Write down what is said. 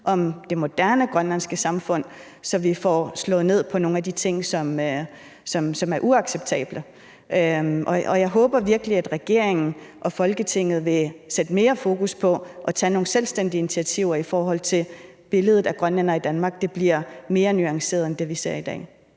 om det moderne grønlandske samfund, så vi får slået ned på nogle af de ting, som er uacceptable. Jeg håber virkelig, at regeringen og Folketinget vil sætte mere fokus på at tage nogle selvstændige initiativer i forhold til billedet af grønlændere i Danmark, så det bliver mere nuanceret end det, vi ser i dag.